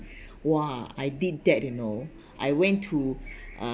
!wah! I did that you know I went to uh